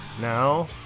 Now